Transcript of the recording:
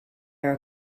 are